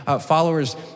followers